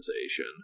organization